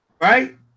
right